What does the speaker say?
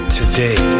today